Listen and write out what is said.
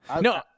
No